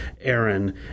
Aaron